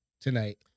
tonight